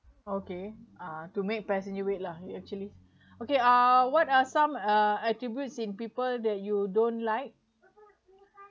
okay uh to make passenger lah actually okay uh what are some uh attributes in people that you don't like